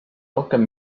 rohkem